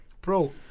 bro